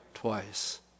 Twice